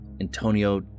Antonio